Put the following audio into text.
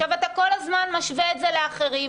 עכשיו אתה כל הזמן משווה את זה לאחרים,